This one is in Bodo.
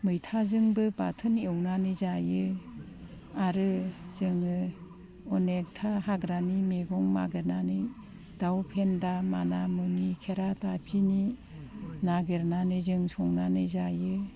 मैथाजोंबो बाथोन एवनानै जायो आरो जोङो अनेखथा हाग्रानि मैगं नागिरनानै दाउ फेन्दा मानिमुनि खेरादाफिनि नागिरनानै जों संनानै जायो